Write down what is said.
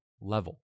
level